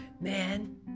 man